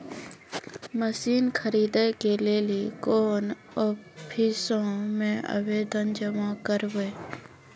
Machine खरीदै के लेली कोन आफिसों मे आवेदन जमा करवै?